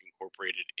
incorporated